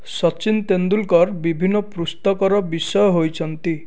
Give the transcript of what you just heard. ସଚିନ ତେନ୍ଦୁଲକର ବିଭିନ୍ନ ପୁସ୍ତକର ବିଷୟ ହୋଇଛନ୍ତି